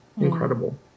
incredible